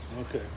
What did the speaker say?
Okay